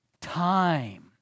time